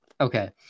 okay